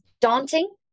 daunting